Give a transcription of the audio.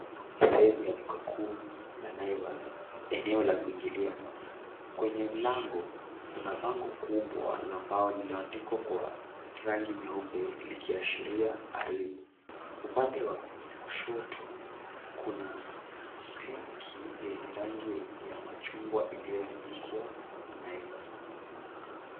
Ni sehemu ya duka kuu la Naivas eneo la kuingilia. Kwenye mlango kuna bango kubwa la mbao lililoandikwa kwa rangi nyeupe likiashiria karibu. Upande wa kushoto kuna tenki yenye rangi ya machugwa iliyoandikwa Naivas.